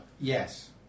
Yes